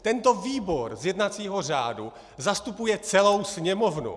Tento výbor z jednacího řádu zastupuje celou Sněmovnu!